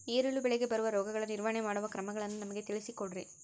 ಈರುಳ್ಳಿ ಬೆಳೆಗೆ ಬರುವ ರೋಗಗಳ ನಿರ್ವಹಣೆ ಮಾಡುವ ಕ್ರಮಗಳನ್ನು ನಮಗೆ ತಿಳಿಸಿ ಕೊಡ್ರಿ?